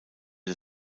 der